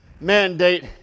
mandate